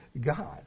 God